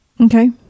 Okay